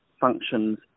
functions